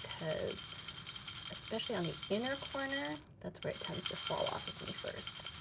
because especially on the inner corner, that's where it tends to fall off of me first.